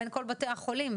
בין כל בתי החולים.